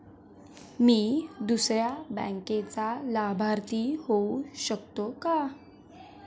मी दुसऱ्या बँकेचा लाभार्थी होऊ शकतो का?